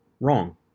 wrong